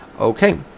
Okay